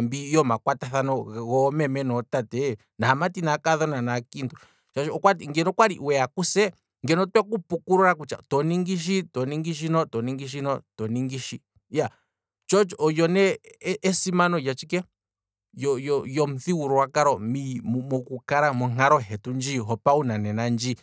mbii, yoma kwatathano gootate, aamati naakadhona naakiintu, ngeno okwali weya kuse, ngeno otweku ngeno otweku pukulula kutya toningi shini, to ningi shi, to ningi shi, iyaa, olyo nee esimano lyatshike, lyomuthigululwa kalo monkalo hetu ndji hopawu nanena ndji